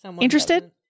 interested